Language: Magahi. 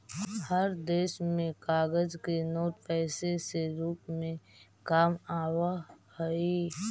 हर देश में कागज के नोट पैसे से रूप में काम आवा हई